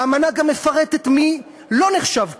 האמנה גם מפרטת מי לא נחשב פליט,